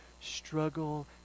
struggle